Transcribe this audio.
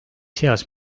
heas